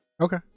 Okay